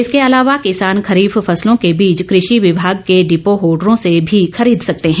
इसके अलावा किसान खरीफ फसलों के बीज कृषि विभाग के डिपो होल्डरों से भी खरीद सकते हैं